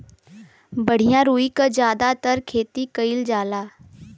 बढ़िया रुई क जादातर खेती कईल जाला